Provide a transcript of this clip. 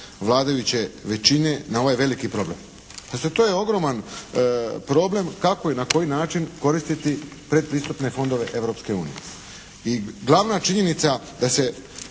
vladajuće većine na ovaj veliki problem. Pazite, to je ogroman problem kako i na koji način koristiti predpristupne fondove